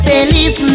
Feliz